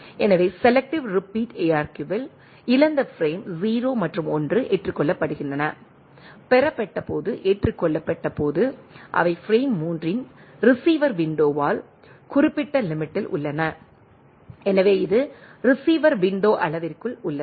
எனவே selective repeat ARQ இல் இழந்த பிரேம் 0 மற்றும் 1 ஏற்றுக்கொள்ளப்படுகின்றன பெறப்பட்டபோது ஏற்றுக்கொள்ளப்பட்டபோது அவை பிரேம் 3 இன் ரிசீவர் விண்டோவால் குறிப்பிடப்பட்ட லிமிட்டில் உள்ளன எனவே இது ரிசீவர் விண்டோ அளவிற்குள் உள்ளது